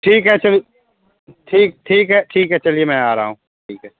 ठीक है चलिए ठीक ठीक है ठीक है चलिए मैं आ रहा हूँ ठीक है